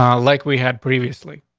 um like we had previously.